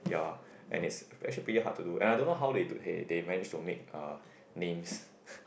ya and it's actually pretty hard to do and I don't know how uh they they manage to make names